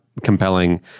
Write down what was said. compelling